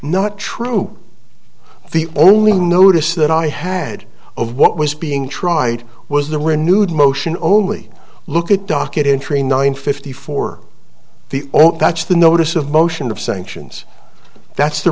not true the only notice that i had over what was being tried was the renewed motion only look at docket in tray nine fifty four the all that's the notice of motion of sanctions that's the